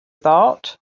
thought